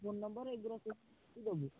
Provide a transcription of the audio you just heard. phone number ଏଗୁଡ଼ା ସବୁ ଲେଖିକି ଦେବୁ